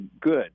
good